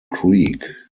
creek